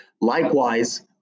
Likewise